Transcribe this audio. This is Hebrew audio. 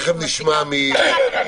ההכרזה שמבטלים אותה עכשיו,